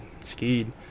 skied